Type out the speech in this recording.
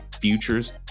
futures